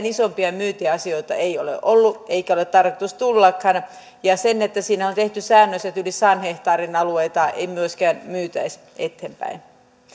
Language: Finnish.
isompia myyntiasioita ei ole ollut eikä ole tarkoitus tullakaan ja siinä on tehty säännös että yli sadan hehtaarin alueita ei myöskään myytäisi eteenpäin